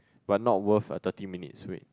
but not worth a thirty minutes wait